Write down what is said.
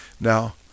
Now